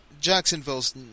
Jacksonville's